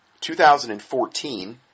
2014